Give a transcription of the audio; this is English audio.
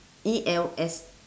E L S